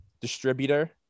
distributor